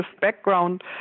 background